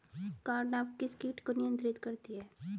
Cartap किस किट को नियंत्रित करती है?